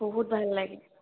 বহুত ভাল লাগে